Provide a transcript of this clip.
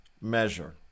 measure